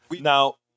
Now